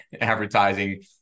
advertising